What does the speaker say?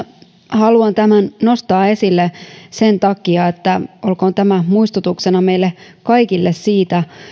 haluan tämän nostaa esille sen takia että olkoon tämä muistutuksena meille kaikille siitä